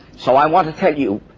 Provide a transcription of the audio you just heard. so i want to tell you,